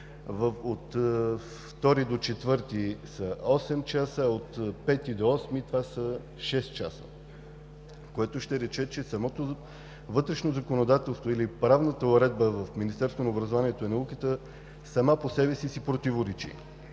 от втори до четвърти са 8 часа, от пети до осми това са 6 часа, което ще рече, че самото вътрешно законодателство или правната уредба в Министерство на образованието и науката сама по себе си си противоречи.